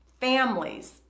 families